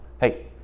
hey